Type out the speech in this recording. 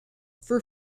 for